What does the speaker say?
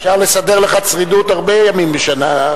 אפשר לסדר לך צרידות הרבה ימים בשנה,